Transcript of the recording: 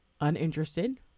uninterested